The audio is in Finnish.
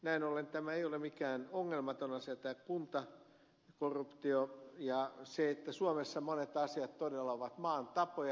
näin ollen tämä ei ole mikään ongelmaton asia tämä kuntakorruptio ja se että suomessa monet asiat todella ovat maan tapoja